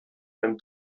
beim